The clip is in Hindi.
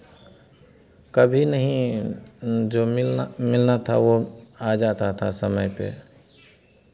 कभी नहीं जो मिलना मिलना था वो आ जाता था समय पे